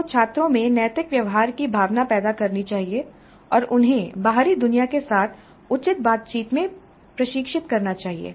आपको छात्रों में नैतिक व्यवहार की भावना पैदा करनी चाहिए और उन्हें बाहरी दुनिया के साथ उचित बातचीत में प्रशिक्षित करना चाहिए